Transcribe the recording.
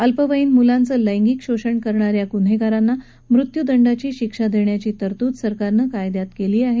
अल्पवयीन मुलांचं लेगिक शोषण करणा या गुन्हेगारांना मृत्युदंडाची शिक्षा देण्याची तरतूद सरकारनं कायद्यांत केली आहे